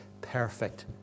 perfect